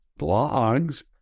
blogs